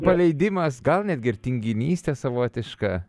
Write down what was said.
paleidimas gal netgi ir tinginystė savotiška